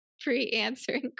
pre-answering